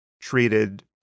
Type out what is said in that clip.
treated